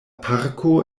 parko